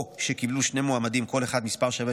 או שקיבלו שני מועמדים כל אחד מספר שווה